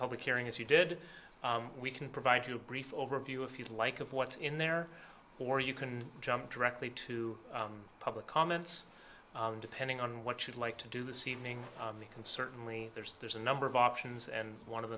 public hearing as you did we can provide you a brief overview if you'd like of what's in there or you can jump directly to public comments depending on what you'd like to do the seeming we can certainly there's there's a number of options and one of the